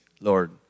Lord